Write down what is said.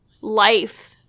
life